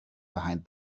behind